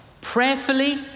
prayerfully